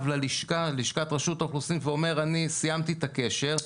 ללשכת רשות האוכלוסין וההגירה ואומר "אני סיימתי את הקשר",